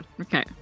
okay